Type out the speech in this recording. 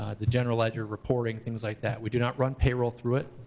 the general ledger reporting, things like that. we do not run payroll through it.